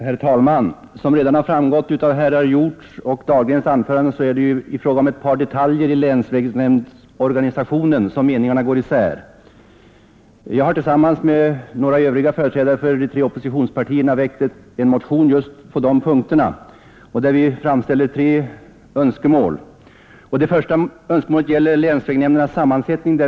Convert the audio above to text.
Herr talman! Som redan har framgått av herrar Hjorths och Dahlgrens anföranden är det i fråga om ett par detaljer i länsvägnämndsorganisationen som meningarna går isär. Jag har tillsammans med några andra företrädare för de tre oppositionspartierna väckt en motion just på de punkterna, och vi framställer tre önskemål. Det första önskemålet gäller länsvägnämndernas sammansättning.